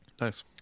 nice